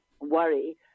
worry